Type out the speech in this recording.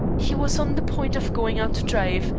he was on the point of going out to drive,